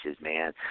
man